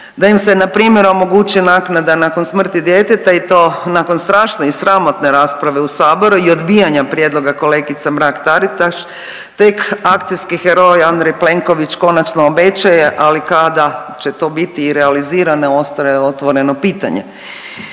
da im se npr. omogući naknada nakon smrti djeteta i to nakon strašne i sramotne rasprave u saboru i odbijanja prijedloga kolegice Mrak Taritaš tek akcijski heroj Andrej Plenković konačno obećaje, ali kada će to biti i realizirano ostaje otvoreno pitanje.